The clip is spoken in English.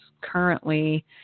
currently